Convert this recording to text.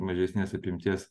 mažesnės apimties